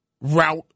route